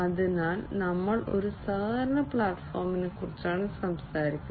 അതിനാൽ ഞങ്ങൾ ഒരു സഹകരണ പ്ലാറ്റ്ഫോമിനെക്കുറിച്ചാണ് സംസാരിക്കുന്നത്